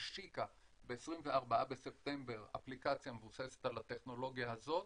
השיקה ב-24 בספטמבר אפליקציה מבוססת על הטכנולוגיה הזאת.